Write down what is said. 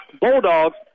Bulldogs